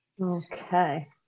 Okay